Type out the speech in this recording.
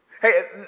Hey